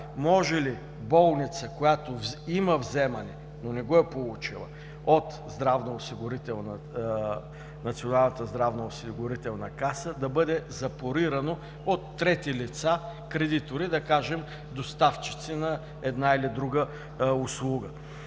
може ли болница, която има вземане, но не го е получила от Националната здравноосигурителна каса, да бъде запорирано от трети лица кредитори, да кажем доставчици на една или друга услуга?